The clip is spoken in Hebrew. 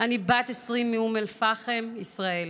אני בת 20 מאום אל-פחם, ישראל.